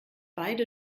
beide